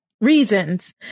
Reasons